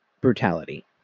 brutality